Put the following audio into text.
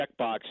checkbox